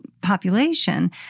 population